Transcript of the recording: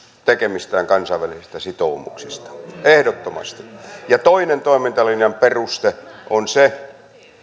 tekemistään kansainvälisistä sitoumuksista ehdottomasti toinen toimintalinjan peruste on se